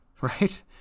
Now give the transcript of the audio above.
right